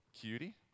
cutie